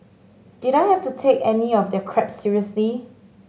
did I have to take any of their crap seriously